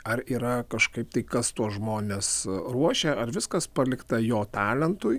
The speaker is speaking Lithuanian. ar yra kažkaip tai kas tuos žmones ruošia ar viskas palikta jo talentui